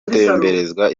gutemberezwa